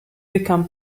become